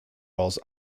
roles